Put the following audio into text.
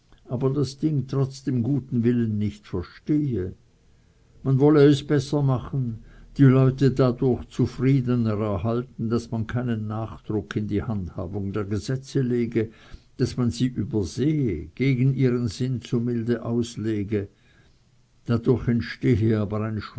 aber das ding trotz dem guten willen nicht verstehe man wolle es besser machen die leute dadurch zufriedener erhalten daß man keinen nachdruck in die handhabung der gesetze lege daß man sie übersehe gegen ihren sinn zu milde auslege dadurch entstehe